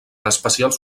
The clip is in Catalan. especials